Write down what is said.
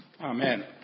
Amen